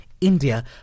India